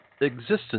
existence